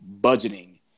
budgeting